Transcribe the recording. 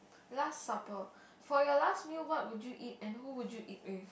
last supper for your last meal what would you eat and who would you eat with